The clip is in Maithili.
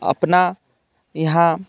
अपना यहाँ